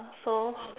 so